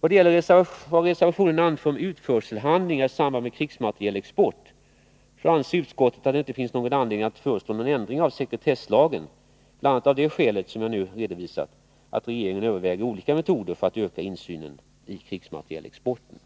Kraven tas upp i reservation 1. Vad gäller det som reservationen anförs om utförselhandlingar i samband med krigsmaterielexport, anser utskottet att det inte finns någon anledning att föreslå någon ändring av sekretesslagen, bl.a. av det skälet att regeringen överväger olika metoder för att öka insynen i krigsmaterielexporten.